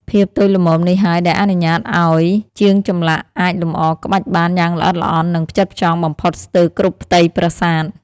ភាពតូចល្មមនេះហើយដែលអនុញ្ញាតឱ្យជាងចម្លាក់អាចលម្អក្បាច់បានយ៉ាងល្អិតល្អន់ និងផ្ចិតផ្ចង់បំផុតស្ទើរគ្រប់ផ្ទៃប្រាសាទ។